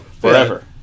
Forever